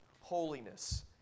holiness